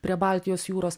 prie baltijos jūros